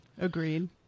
Agreed